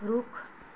ਰੁੱਖ